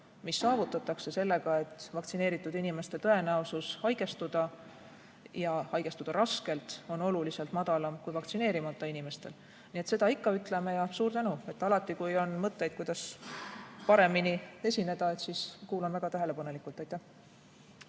mis saavutatakse sellega, et vaktsineeritud inimeste tõenäosus haigestuda, ja haigestuda raskelt, on oluliselt madalam kui vaktsineerimata inimestel. Nii et seda ikka ütleme. Ja suur tänu! Alati, kui on mõtteid, kuidas paremini esineda, siis kuulan väga tähelepanelikult. Suur